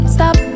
Stop